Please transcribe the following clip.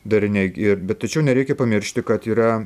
dariniai ir bet tačiau nereikia pamiršti kad yra